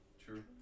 True